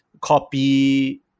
copy